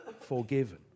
forgiven